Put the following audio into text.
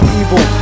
evil